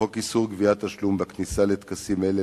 חוק איסור גביית תשלום בכניסה לטקסים אלו